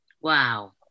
Wow